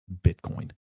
Bitcoin